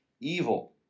evil